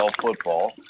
football